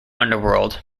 underworld